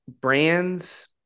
brands